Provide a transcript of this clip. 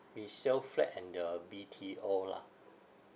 resale flat and the B_T_O lah